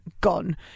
gone